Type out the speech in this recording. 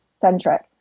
centric